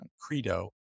credo